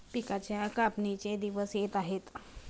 पिकांच्या कापणीचे दिवस येत आहेत